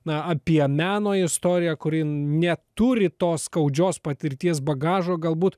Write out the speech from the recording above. na apie meno istoriją kuri neturi tos skaudžios patirties bagažo galbūt